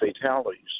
fatalities